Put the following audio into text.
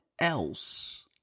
else